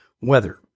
Weather